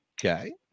Okay